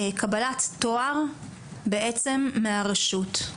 לקבלת תואר בעצם מהרשות.